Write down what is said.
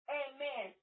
amen